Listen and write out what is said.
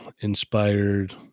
inspired